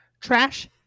trash